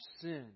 sin